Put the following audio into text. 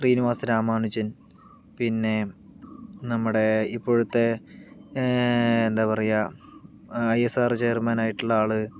ശ്രീനിവാസ രാമാനുജൻ പിന്നെ നമ്മുടെ ഇപ്പോഴത്തെ എന്താ പറയുക ഐ എസ് ആർ ഒ ചെയർമാനായിട്ടുള്ള ആള്